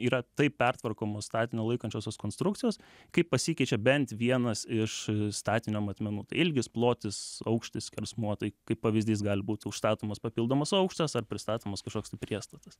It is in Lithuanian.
yra taip pertvarkomos statinio laikančiosios konstrukcijos kai pasikeičia bent vienas iš statinio matmenų tai ilgis plotis aukštis skersmuo tai kaip pavyzdys gali būt užstatomas papildomas aukštas ar pristatomas kažkoks tai priestatas